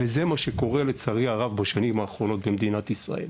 זה מה שקורה לצערי הרב בשנים האחרונות במדינת ישראל.